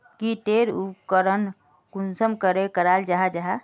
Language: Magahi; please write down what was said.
की टेर उपकरण कुंसम करे कराल जाहा जाहा?